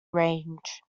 range